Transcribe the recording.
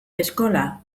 eskola